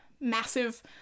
massive